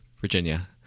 Virginia